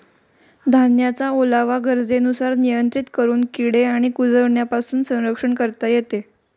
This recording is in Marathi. धान्याचा ओलावा गरजेनुसार नियंत्रित करून किडे आणि कुजण्यापासून संरक्षण करता येते